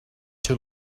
too